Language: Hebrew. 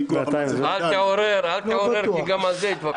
אל תעורר, כי גם על זה יתווכחו.